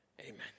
Amen